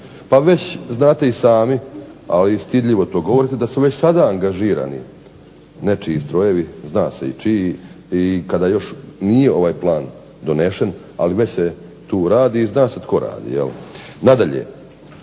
Pa već znate i sami, ali stidljivo to govorite da su već sada angažirani nečiji strojevi, zna se i čiji, i kada još nije ovaj plan donesen, ali već se tu radi i zna se tko radi. Nadalje,